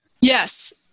Yes